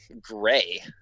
gray